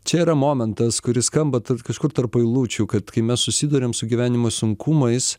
čia yra momentas kuris skamba kažkur tarp eilučių kad kai mes susiduriam su gyvenimo sunkumais